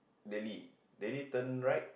daily daily turn right